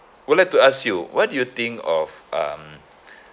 would like to ask you what do you think of um